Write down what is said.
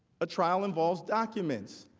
a trial involves documents.